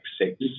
six